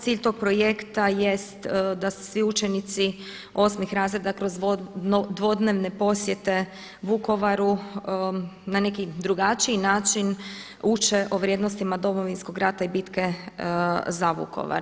Cilj tog projekta jeste da se svi učenici 8 razreda kroz dvodnevne posjete Vukovaru na neki drugačiji način uče o vrijednostima Domovinskog rat i bitke za Vukovar.